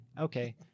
Okay